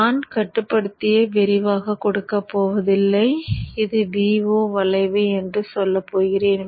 நான் கட்டுப்படுத்தியை விரிவாக கொடுக்க போவதில்லை இது Vo வளைவு என்று சொல்லப் போகிறேன்